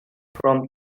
from